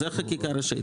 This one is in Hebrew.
זו החקיקה הראשית.